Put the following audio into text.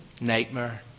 Nightmare